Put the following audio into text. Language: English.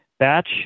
Batch